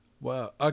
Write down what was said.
Wow